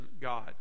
God